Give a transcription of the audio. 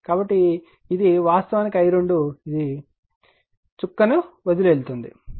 కాబట్టి ఇది వాస్తవానికి i2 ఇది చుక్కను వదిలి వెళ్తుంది అని పరిగణించండి